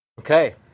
Okay